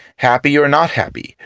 happy or not happy,